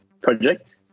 project